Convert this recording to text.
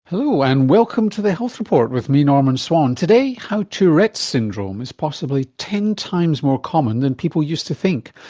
hello, and welcome to the health report with me, norman swan. today, how tourette's syndrome is possibly ten times more common than people used to think.